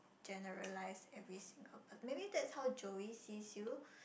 generalise every single per~ maybe that's how Joey sees you